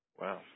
Wow